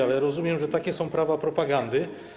Ale rozumiem, że takie są prawa propagandy.